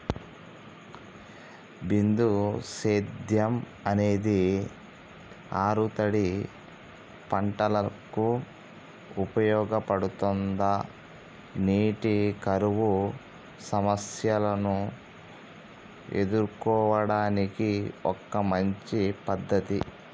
బిందు సేద్యం అనేది ఆరుతడి పంటలకు ఉపయోగపడుతుందా నీటి కరువు సమస్యను ఎదుర్కోవడానికి ఒక మంచి పద్ధతి?